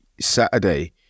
Saturday